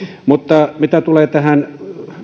mutta mitä tulee tähän